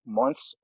months